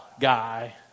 guy